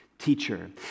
teacher